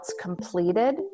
completed